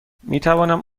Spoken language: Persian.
میتوانم